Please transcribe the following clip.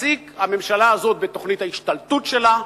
תפסיק הממשלה הזאת את תוכנית ההשתלטות שלה,